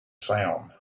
sound